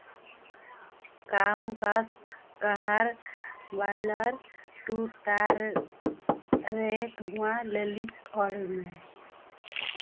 ᱠᱟᱢ ᱠᱟᱥᱴ ᱜᱟᱦᱟᱨ ᱵᱟᱞᱚᱭ ᱴᱩᱭᱴᱟᱨ ᱨᱮ ᱱᱚᱣᱟ ᱞᱟᱹᱞᱤᱥ ᱚᱞ ᱢᱮ